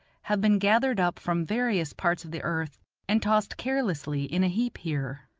have been gathered up from various parts of the earth and tossed carelessly in a heap here.